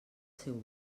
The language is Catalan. seu